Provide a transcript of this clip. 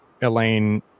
Elaine